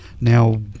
Now